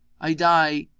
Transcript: i die,